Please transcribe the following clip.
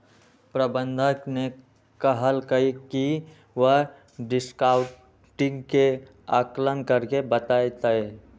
प्रबंधक ने कहल कई की वह डिस्काउंटिंग के आंकलन करके बतय तय